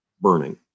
burning